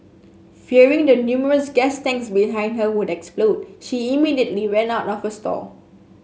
fearing the numerous gas tanks behind her would explode she immediately ran out of her stall